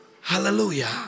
Hallelujah